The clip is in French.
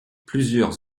plusieurs